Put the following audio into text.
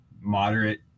moderate